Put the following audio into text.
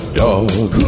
dog